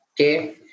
okay